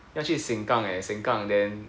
要去 Sengkang eh Sengkang then